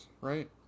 right